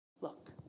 Look